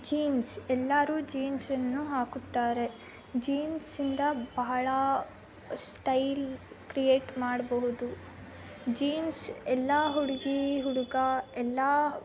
jeans ಎಲ್ಲರೂ ಜೀನ್ಸನ್ನು ಹಾಕುತ್ತಾರೆ ಜೀನ್ಸಿಂದ ಬಹಳ ಸ್ಟೈಲ್ ಕ್ರಿಯೇಟ್ ಮಾಡಬಹುದು ಜೀನ್ಸ್ ಎಲ್ಲ ಹುಡುಗಿ ಹುಡುಗ ಎಲ್ಲ